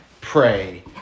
pray